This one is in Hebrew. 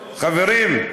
חברים,